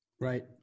Right